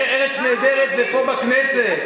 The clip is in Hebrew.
"ארץ נהדרת" זה פה בכנסת,